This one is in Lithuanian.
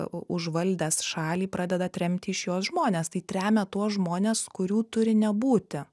užvaldęs šalį pradeda tremti iš jos žmones tai tremia tuos žmones kurių turi nebūti